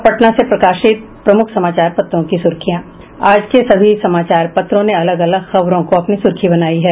अब पटना से प्रकाशित प्रमुख समाचार पत्रों की सुर्खियां आज के सभी समाचार पत्रों ने अलग अलग खबरों को अपनी सुर्खी बनायी है